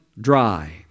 dry